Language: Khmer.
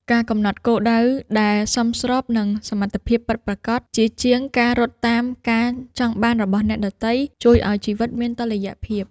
ការកំណត់គោលដៅដែលសមស្របនឹងសមត្ថភាពពិតប្រាកដ ជាជាងការរត់តាមការចង់បានរបស់អ្នកដទៃ ជួយឱ្យជីវិតមានតុល្យភាព។